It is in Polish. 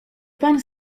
pan